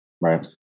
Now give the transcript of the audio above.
Right